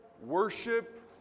worship